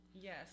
Yes